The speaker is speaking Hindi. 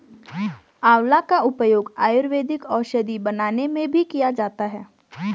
आंवला का उपयोग आयुर्वेदिक औषधि बनाने में भी किया जाता है